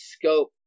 scope